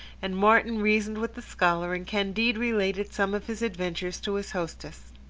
and martin reasoned with the scholar, and candide related some of his adventures to his hostess.